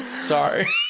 Sorry